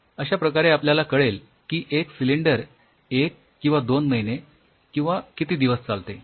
अश्या प्रकारे आपल्याला कळेल की एक सिलिंडर एक किंवा दोन महिने किंवा किती दिवस चालते